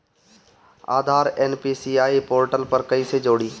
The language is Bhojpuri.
आधार एन.पी.सी.आई पोर्टल पर कईसे जोड़ी?